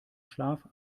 schlaf